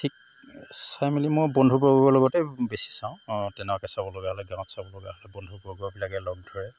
ঠিক চাই মেলি মোৰ বন্ধুবৰ্গৰ লগতে বেছি চাওঁ তেনেকুৱাকৈ চাবলগা হয় গাঁৱত চাবলগা হয় বন্ধুবৰ্গবিলাকে লগ ধৰে